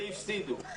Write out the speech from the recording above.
והפסידו.